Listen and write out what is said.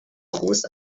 rus